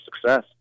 success